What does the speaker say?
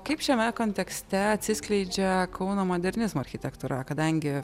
kaip šiame kontekste atsiskleidžia kauno modernizmo architektūra kadangi